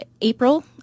April